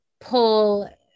pull